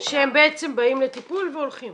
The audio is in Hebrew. -- שהם בעצם באים לטיפול והולכים